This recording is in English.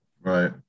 Right